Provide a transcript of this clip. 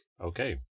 okay